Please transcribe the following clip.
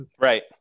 Right